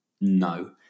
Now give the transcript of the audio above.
no